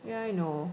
yeah I know